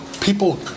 people